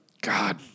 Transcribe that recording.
God